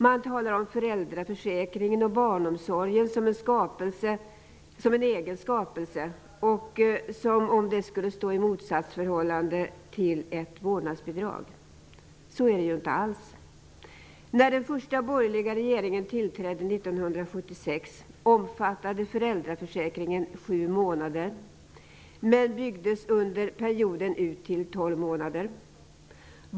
De talar om föräldraförsäkringen och barnomsorgen som en egen skapelse och som om den skulle stå i motsatsförhållande till ett vårdnadsbidrag. Så är det inte alls. När den första borgerliga regeringen tillträdde 1976 omfattade föräldraförsäkringen sju månader, men byggdes under perioden ut till 12 månader.